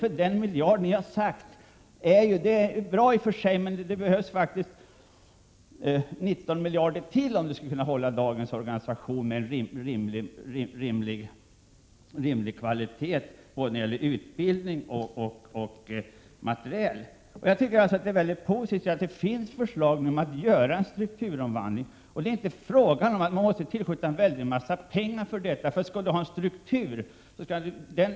Vi vet att moderaterna vill satsa ytterligare en miljard till brigaderna, men det behövs faktiskt 19 miljarder ytterligare per femårsperiod för att behålla dagens organisation med rimlig kvalitet på både utbildning och materiel. Jag tycker det är positivt att det nu kommer fram förslag till att genomföra en strukturomvandling.